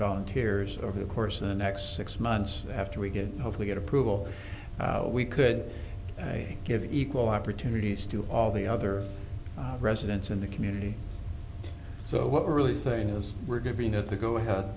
volunteers over the course of the next six months after we get if we get approval we could give equal opportunities to all the other residents in the community so what we're really saying is we're giving it the go ahead